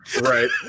Right